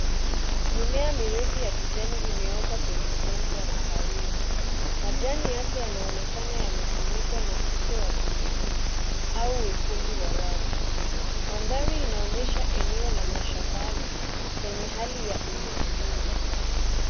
Mimea mirefu ya kijani imeota kwenye udongo wa kahawia majani yake yanaonekana yamefunikwa na ute wa buibui au wekundu wa wavu. Mandhari inaonyesha eneo la mashambani lenye hali ya unyevunyevu.